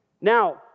Now